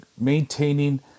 maintaining